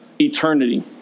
eternity